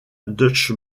deutsche